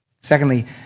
Secondly